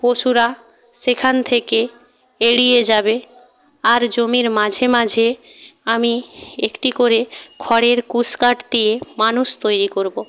পশুরা সেখান থেকে এড়িয়ে যাবে আর জমির মাঝে মাঝে আমি একটি করে খড়ের কুশকাঠ দিয়ে মানুষ তৈরি করব